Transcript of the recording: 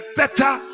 better